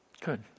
Good